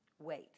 wait